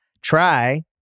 Try